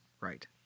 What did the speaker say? right